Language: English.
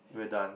we're done